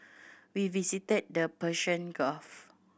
we visited the Persian Gulf